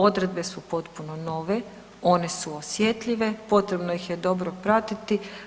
Odredbe su potpuno nove, one su osjetljive, potrebno ih je dobro pratiti.